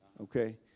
okay